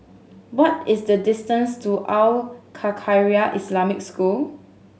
what is the distance to Al Khairiah Islamic School